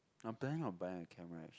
I'm planning on buy a camera actually